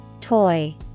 Toy